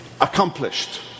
accomplished